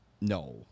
No